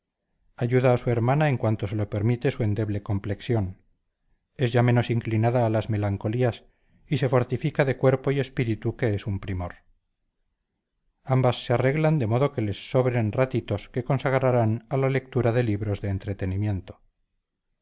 ayuda a su hermana en cuanto se lo permite su endeble complexión es ya menos inclinada a las melancolías y se fortifica de cuerpo y espíritu que es un primor ambas se arreglan de modo que les sobren ratitos que consagrarán a la lectura de libros de entretenimiento